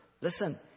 Listen